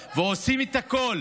מוטטתם ממשלה, ועושים את הכול,